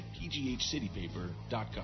pghcitypaper.com